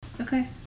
Okay